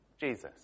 Jesus